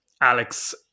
Alex